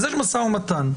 אז יש משא ומתן.